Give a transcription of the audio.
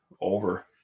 over